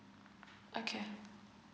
okay